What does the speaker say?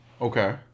Okay